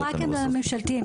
שוב, --- שלנו הם רק הממשלתיים.